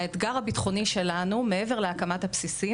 האתגר הביטחוני שלנו מעבר להקמת הבסיסים,